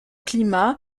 climat